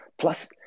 Plus